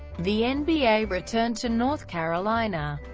the and nba returned to north carolina,